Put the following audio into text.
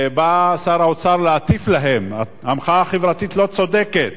ובא שר האוצר להטיף להם: המחאה החברתית לא צודקת,